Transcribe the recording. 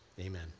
Amen